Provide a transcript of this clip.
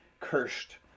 cursed